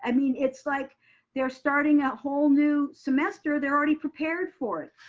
i mean it's like they're starting a whole new semester. they're already prepared for it.